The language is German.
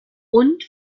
und